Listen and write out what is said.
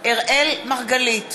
אראל מרגלית,